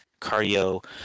cardio